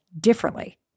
differently